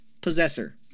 possessor